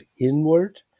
Inward